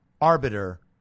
arbiter